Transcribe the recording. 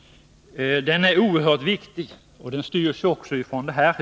Den är oerhört viktig, och den styrs också från det här huset.